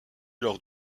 lors